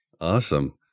Awesome